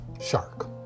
Shark